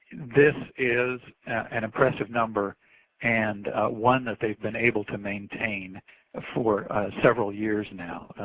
this is an impressive number and one that theyive been able to maintain ah for several years now.